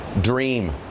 dream